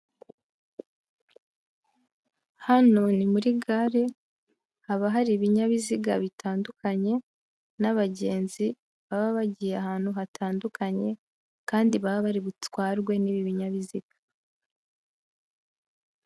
Hano ni muri gare, haba hari ibinyabiziga bitandukanye n'abagenzi baba bagiye ahantu hatandukanye, kandi baba bari butwarwe n'ibi binyabiziga.